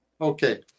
Okay